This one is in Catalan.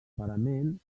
parament